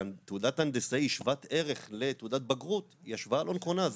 שתעודת הנדסאי שוות ערך לתעודת בגרות היא השוואה לא נכונה.